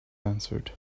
answered